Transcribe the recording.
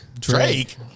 Drake